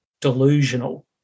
delusional